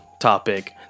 topic